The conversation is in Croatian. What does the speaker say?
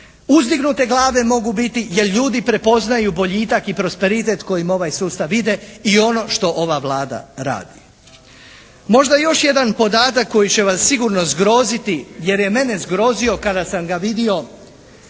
uzdignute glave mogu biti jer ljudi prepoznaju boljitak i prosperitet kojim ovaj sustav ide i ono što ova Vlada radi. Možda još jedan podatak koji će vas sigurno zgroziti jer je mene zgrozio kada sam ga vidio